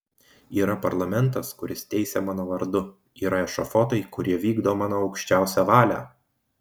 yra parlamentas kuris teisia mano vardu yra ešafotai kurie vykdo mano aukščiausią valią